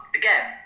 again